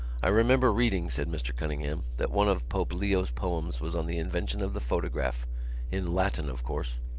i remember reading, said mr. cunningham, that one of pope leo's poems was on the invention of the photograph in latin, of course.